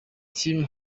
team